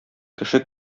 кеше